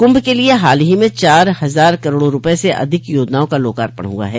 कुंभ के लिए हाल ही में चार हजार करोड़ रूपये से अधिक की योजनाओं का लोकार्पण हुआ है